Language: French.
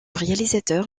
réalisateur